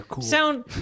Sound